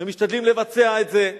ומשתדלים לבצע את זה.